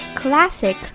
classic